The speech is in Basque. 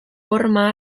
horma